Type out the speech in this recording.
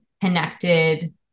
connected